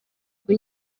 ubwo